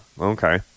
okay